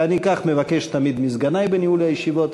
ואני כך מבקש תמיד מסגני בניהול הישיבות